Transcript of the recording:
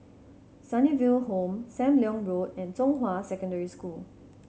Sunnyville Home Sam Leong Road and Zhonghua Secondary School